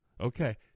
okay